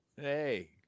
Hey